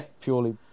Purely